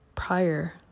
Prior